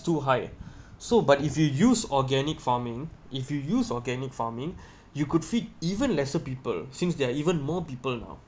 too high so but if you use organic farming if you use organic farming you could feed even lesser people since they are even more people now